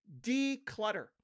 Declutter